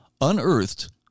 unearthed